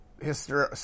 history